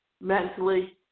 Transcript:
mentally